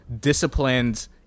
disciplined